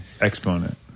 exponent